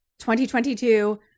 2022